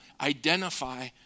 identify